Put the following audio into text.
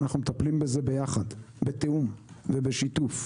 אנחנו מטפלים בזה ביחד בתיאום ובשיתוף.